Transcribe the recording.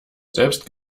selbst